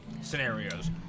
scenarios